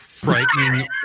Frightening